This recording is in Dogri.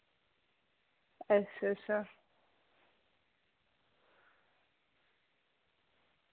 अच्छा अच्छा